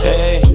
Hey